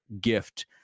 gift